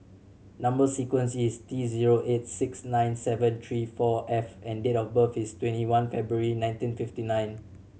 number sequence is T zero eight six nine seven three four F and date of birth is twenty one February nineteen fifty nine